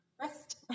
rest